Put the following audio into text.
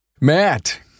Matt